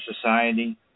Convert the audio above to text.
society